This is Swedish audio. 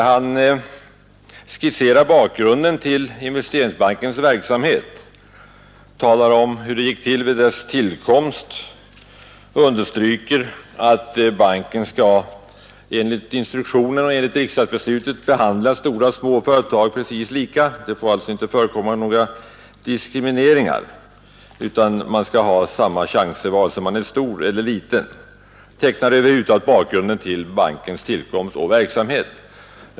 Han skisserar bakgrunden till Investeringsbankens verksamhet, talar om hur det gick till vid dess tillkomst och understryker att banken enligt instruktionerna och riksdagsbeslutet skall behandla stora och små företag precis lika. Det får alltså inte förekomma några diskrimineringar, utan man skall ha samma chanser vare sig man är stor eller liten. Han tecknar över huvud taget bakgrunden till bankens tillkomst och verksamhet.